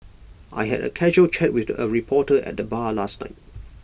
I had A casual chat with A reporter at the bar last night